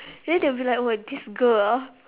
then they will be like oh my this girl ah